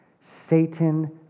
Satan